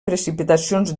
precipitacions